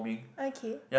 okay